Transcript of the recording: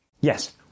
Yes